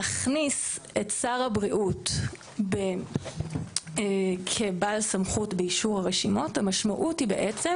להכניס את שר הבריאות כבעל סמכות באישור הרשימות המשמעות היא בעצם